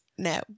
No